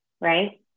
right